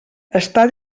està